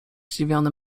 zdziwiony